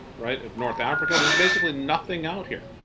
right, at north africa there's basically nothing out here.